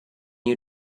you